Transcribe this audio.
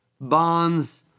bonds